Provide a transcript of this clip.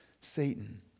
Satan